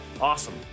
Awesome